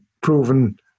proven